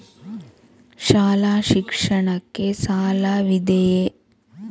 ಶಾಲಾ ಶಿಕ್ಷಣಕ್ಕೆ ಸಾಲವಿದೆಯೇ?